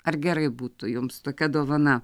ar gerai būtų jums tokia dovana